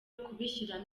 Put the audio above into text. kubishyiramo